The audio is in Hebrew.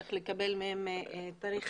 צריך לקבל מהם תאריך